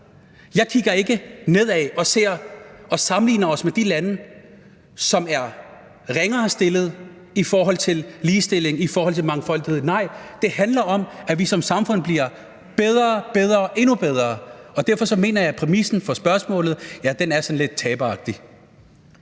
Jeg kigger ikke nedad og sammenligner os med de lande, som er ringere stillet i forhold til ligestilling, i forhold til mangfoldighed. Nej, det handler om, at vi som samfund bliver bedre, bedre og endnu bedre, og derfor mener jeg, at præmissen for spørgsmålet er sådan lidt taberagtig.